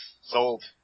Sold